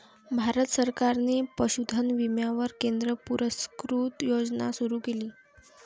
भारत सरकारने पशुधन विम्यावर केंद्र पुरस्कृत योजना सुरू केली